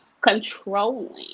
controlling